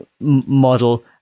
model